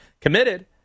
committed